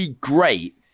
great